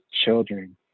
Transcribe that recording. children